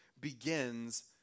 begins